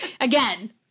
Again